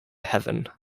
heaven